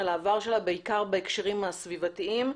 בעיקר בהקשרים סביבתיים,